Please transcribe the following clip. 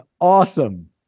Awesome